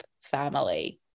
family